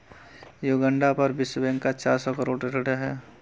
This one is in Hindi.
युगांडा पर विश्व बैंक का चार सौ करोड़ ऋण है